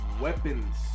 Weapons